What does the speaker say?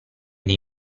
dei